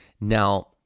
Now